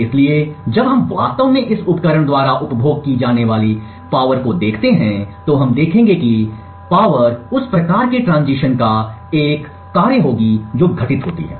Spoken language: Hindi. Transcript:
इसलिए इसलिए जब हम वास्तव में इस उपकरण द्वारा उपभोग की जाने वाली शक्ति को देखते हैं तो हम देखेंगे कि शक्ति उस प्रकार के ट्रांजीशन का एक कार्य होगी जो घटित होती है